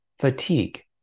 fatigue